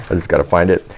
but just gotta find it.